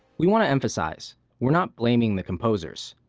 we want to emphasize we're not blaming the composers.